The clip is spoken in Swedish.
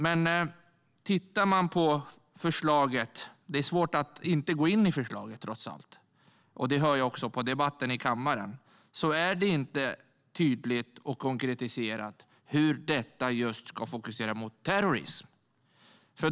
Men i förslaget - det är trots allt svårt att inte gå in på förslaget, och det hör jag också på debatten i kammaren - är det inte tydligt och konkretiserat hur man ska fokusera på terrorism.